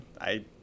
I-